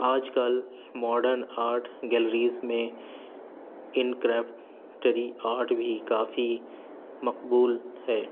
آج کل modern art galleries میں ان کرافٹ آرٹ بھی کافی مقبول ہے